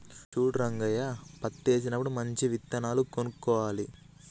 చూడు రంగయ్య పత్తేసినప్పుడు మంచి విత్తనాలు కొనుక్కోవాలి